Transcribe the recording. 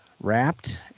wrapped